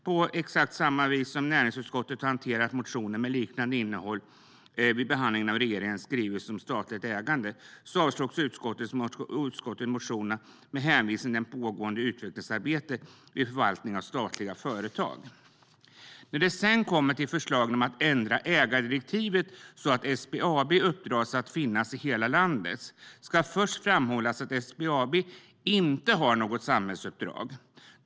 På samma sätt som näringsutskottet hanterat motioner med liknande innehåll vid behandlingen av regeringens skrivelse om statligt ägande avstyrker utskottet motionerna med hänvisning till det pågående utvecklingsarbetet vid förvaltningen av statliga företag. När det sedan gäller förslaget om att ändra ägardirektivet så att SBAB uppdras att finnas i hela landet ska det först framhållas att SBAB inte har något samhällsuppdrag.